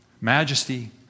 majesty